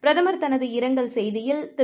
பிரதமர்தனதுஇரங்கல்செய்தியில் திரு